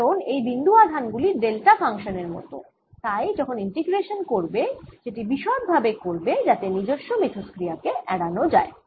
কারণ এই বিন্দু আধান গুলি ডেল্টা ফানশান এর মত তাই যখন ইন্টিগ্রেশান করবে সেটি বিশদভাবে করবে যাতে নিজস্ব মিথষ্ক্রিয়া কে এড়ান যায়